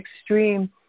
extreme